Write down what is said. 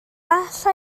alla